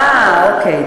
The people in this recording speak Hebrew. אה, אוקיי.